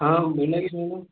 हां बोलाकी मॅडम